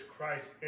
Christ